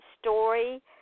Story